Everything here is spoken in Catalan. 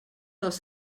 dels